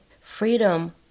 freedom